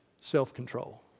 self-control